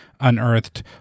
unearthed